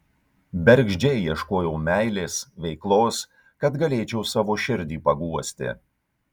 bergždžiai ieškojau meilės veiklos kad galėčiau savo širdį paguosti